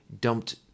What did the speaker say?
dumped